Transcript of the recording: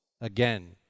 again